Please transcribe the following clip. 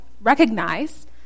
recognize